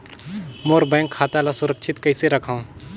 मोर bank खाता ला सुरक्षित कइसे रखव?